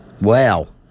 Wow